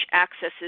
accesses